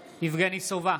סובה,